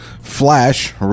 Flash